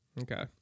Okay